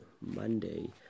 Monday